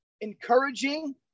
encouraging